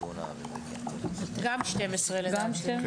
גם 12, לדעתי.